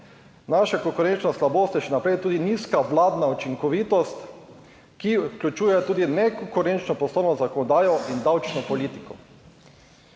»Naša konkurenčna slabost je še naprej tudi nizka vladna učinkovitost, ki vključuje tudi nekonkurenčno poslovno zakonodajo in davčno politiko.«